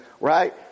right